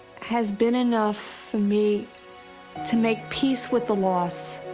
has been enough for me to make peace with the loss,